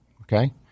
okay